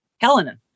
Helena